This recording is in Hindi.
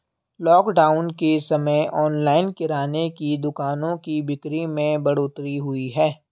लॉकडाउन के समय ऑनलाइन किराने की दुकानों की बिक्री में बढ़ोतरी हुई है